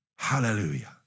Hallelujah